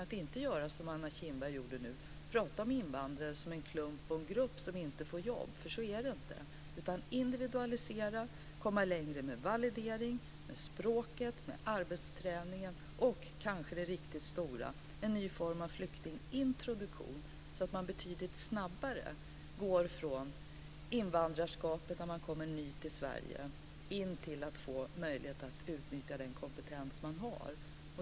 Vi ska inte göra som Anna Kinberg gjorde nu, dvs. prata om invandrare som en klump eller en grupp som inte får jobb. Så är det nämligen inte. Vi måste individualisera, komma längre med valideringen, med språket och med arbetsträningen samt, kanske det riktigt stora, skapa en ny form av flyktingintroduktion så att man betydligt snabbare går från invandrarskapet när man kommer ny till Sverige till att få möjlighet att utnyttja den kompetens man har.